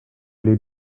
les